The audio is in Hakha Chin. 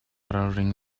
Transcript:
ralring